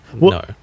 no